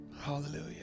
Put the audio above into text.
Hallelujah